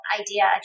idea